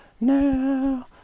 now